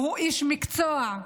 שהוא איש מקצוע,